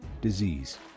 disease